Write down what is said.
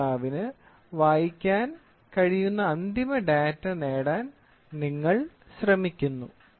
ഉപഭോക്താവിന് വായിക്കാൻ കഴിയുന്ന അന്തിമ ഡാറ്റ നേടാൻ നിങ്ങൾ ശ്രമിക്കുന്നു